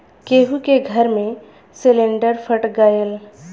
केहु के घर मे सिलिन्डर फट गयल